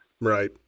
Right